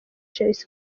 chelsea